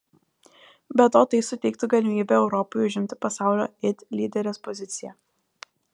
be to tai suteiktų galimybę europai užimti pasaulio it lyderės poziciją